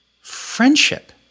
Friendship